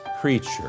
creature